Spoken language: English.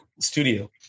studio